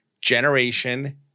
Generation